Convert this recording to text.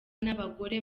n’abagore